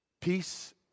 Peace